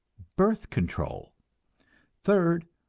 birth control third,